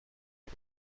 بود